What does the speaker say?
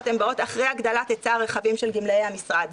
הן באות אחרי הגדלת היצע הרכבים של גמלאי המשרד.